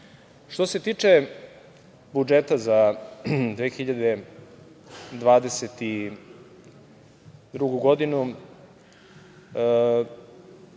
se tiče budžeta za 2022. godinu,